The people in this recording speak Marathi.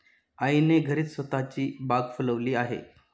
आईने घरीच स्वतःची बाग फुलवली आहे